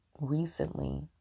recently